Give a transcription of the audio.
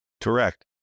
Correct